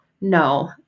no